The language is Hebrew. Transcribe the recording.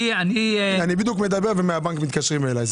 אני מדבר ומהבנק מתקשרים אליי.